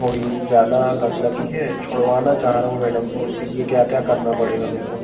थोड़ी ज़्यादा लत लगी है छुड़वाना चाह रहा हूँ मैडम तो उसके लिए क्या क्या करना पड़ेगा मेरे को